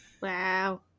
Wow